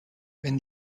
wenn